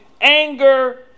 anger